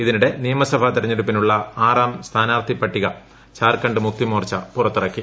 ഇതിനിടെ നിയമസഭ തെരഞ്ഞെടുപ്പിനുള്ള ആറാം സ്ഥാനാർത്ഥി പട്ടിക ഝാർഖണ്ഡ് മുക്തിമോർച്ച പുറത്തിറക്കി